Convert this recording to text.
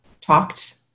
talked